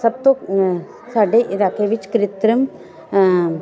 ਸਭ ਤੋਂ ਸਾਡੇ ਇਲਾਕੇ ਵਿੱਚ ਕ੍ਰਿਤਰਮ